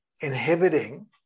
inhibiting